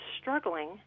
struggling